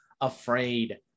afraid